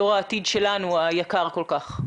דור העתיד שלנו היקר כל כך.